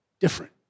different